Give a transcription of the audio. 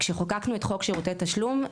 כשחוקקנו את חוק שירותי תשלום,